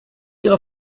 ihre